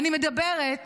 אני מדברת